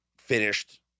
finished